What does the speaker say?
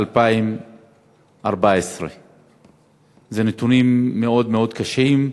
אלה נתונים מאוד מאוד קשים.